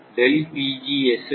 ஆனது S இன் function